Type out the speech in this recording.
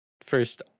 first